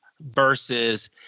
versus